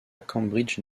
cambridge